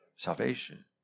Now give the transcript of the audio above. salvation